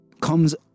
comes